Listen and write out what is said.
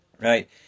right